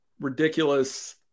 ridiculous